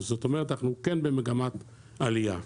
זאת אומרת, אנחנו כן במגמת עלייה.